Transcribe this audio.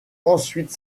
ensuite